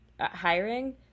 hiring